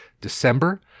December